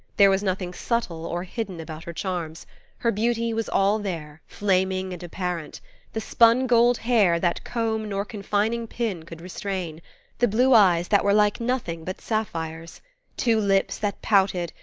there was nothing subtle or hidden about her charms her beauty was all there, flaming and apparent the spun-gold hair that comb nor confining pin could restrain the blue eyes that were like nothing but sapphires two lips that pouted,